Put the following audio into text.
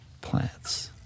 plants